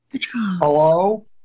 Hello